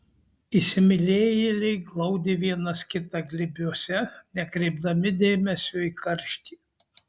įsimylėjėliai glaudė vienas kitą glėbiuose nekreipdami dėmesio į karštį